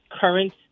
current